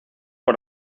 por